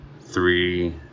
three